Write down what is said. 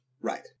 Right